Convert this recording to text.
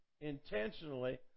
intentionally